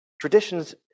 Traditions